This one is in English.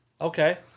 Okay